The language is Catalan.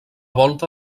volta